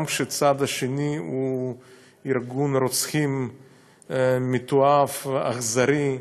גם כשהצד השני הוא ארגון רוצחים מתועב, אכזרי.